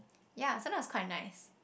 yeah sometimes is quite nice